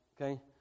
okay